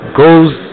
goes